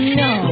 no